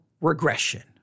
regression